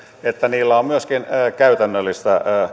että sillä on myöskin käytännöllistä